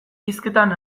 hizketan